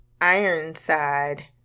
Ironside